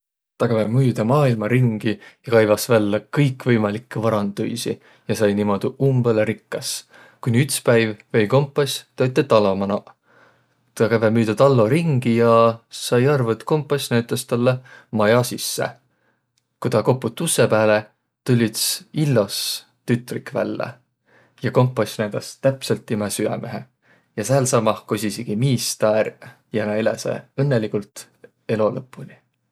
Tä käve müüdä maailma ringi ja kaivas' vällä kõikvõimalikkõ varanduisi ja sai niimuudu umbõlõ rikkas, kooniq üts päiv vei kompass tä üte talo manoq. Tä käve müüdä tallo ringi ja sai arvo, et kompass näütäs tälle maja sisse. Ku tä koput' ussõ pääle, tull' üts illos tütrik vällä ja kompass näüdäs' täpselt timä süämehe. Ja säälsamah kosisigi miis tä ärq ja nä eläseq õnnõligult elo lõpuniq.